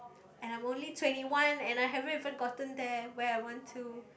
and I'm only twenty one and I haven't even gotten there where I want to